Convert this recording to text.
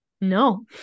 No